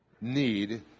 need